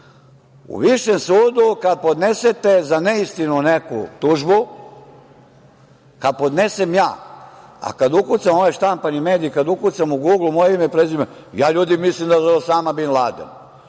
U Višem sudu kada podnesete za neistinu neku tužbu, kad podnesem ja, kad ukucam ovaj štampani medij, kad ukucam u guglu moje ime i prezime, ja ljudi mislim da sam Osama Bin Laden.